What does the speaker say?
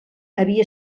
havia